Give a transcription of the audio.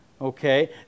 okay